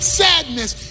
sadness